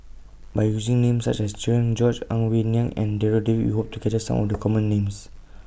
By using Names such as Cherian George Ang Wei Neng and Darryl David We Hope to capture Some of The Common Names